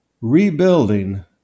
rebuilding